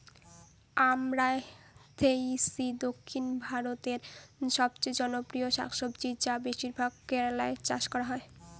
আমরান্থেইসি দক্ষিণ ভারতের সবচেয়ে জনপ্রিয় শাকসবজি যা বেশিরভাগ কেরালায় চাষ করা হয়